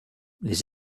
les